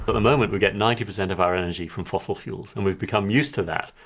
but moment we get ninety percent of our energy from fossil fuels and we've become used to that.